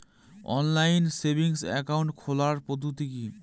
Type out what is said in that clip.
Online savings account খোলার পদ্ধতি কি?